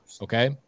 Okay